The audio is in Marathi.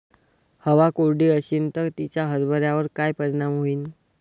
हवा कोरडी अशीन त तिचा हरभऱ्यावर काय परिणाम होईन?